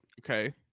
okay